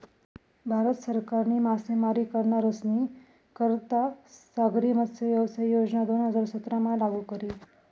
भारत सरकारनी मासेमारी करनारस्नी करता सागरी मत्स्यव्यवसाय योजना दोन हजार सतरामा लागू करी